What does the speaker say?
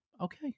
okay